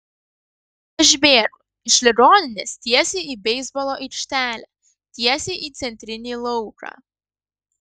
aš bėgu iš ligoninės tiesiai į beisbolo aikštelę tiesiai į centrinį lauką